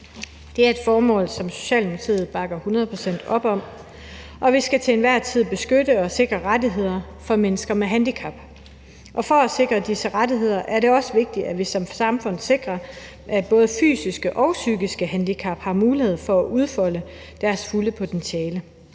Det er et formål, som Socialdemokratiet bakker hundrede procent op om. Vi skal til enhver tid beskytte og sikre rettigheder for mennesker med handicap. Og for at sikre disse rettigheder er det også vigtigt, at vi som samfund sikrer, at folk med både fysiske og psykiske handicap har mulighed for at udfolde deres fulde potentiale.